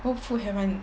what food haven't